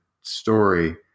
story